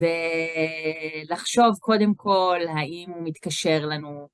ולחשוב קודם כל, האם הוא מתקשר לנו.